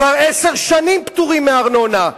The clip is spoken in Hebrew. כבר עשר שנים פטורים מארנונה.